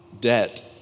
debt